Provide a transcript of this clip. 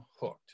hooked